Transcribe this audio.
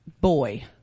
Boy